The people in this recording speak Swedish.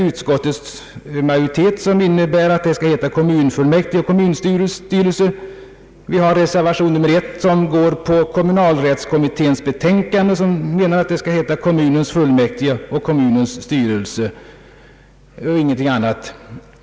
Utskottsmajoritetens förslag innebär att beteckningarna skall vara kommunfullmäktige och kommunstyrelse. Reservationen 1 följer kommunal rättskommitténs betänkande och menar att organen skall heta kommunens fullmäktige och kommunens styrelse.